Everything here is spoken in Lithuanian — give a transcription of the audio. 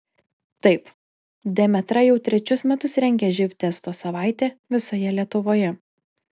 taip demetra jau trečius metus rengia živ testo savaitę visoje lietuvoje